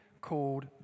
called